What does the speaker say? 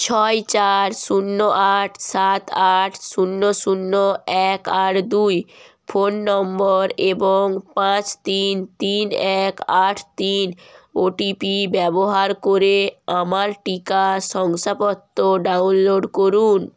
ছয় চার শূন্য আট সাত আট শূন্য শূন্য এক আট দুই ফোন নম্বর এবং পাঁচ তিন তিন এক আট তিন ও টি পি ব্যবহার করে আমার টিকা শংসাপত্র ডাউনলোড করুন